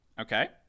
Okay